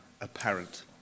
apparent